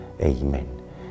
Amen